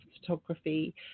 photography